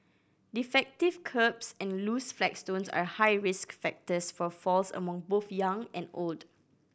defective kerbs and loose flagstones are high risk factors for falls among both young and old